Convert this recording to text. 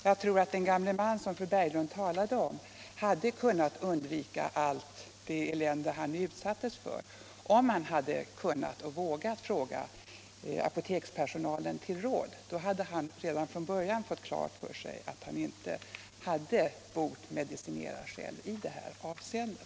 Jag tror att den gamle man som fru Berglund talade om hade kunnat undvika allt det elände han utsattes för, om han hade kunnat och vågat fråga apotekspersonalen till råds. Då hade han redan från början fått klart för sig att han inte borde medicinera själv i det här avseendet.